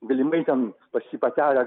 galimai ten pas jį patelė